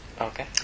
Okay